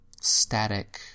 static